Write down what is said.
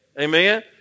Amen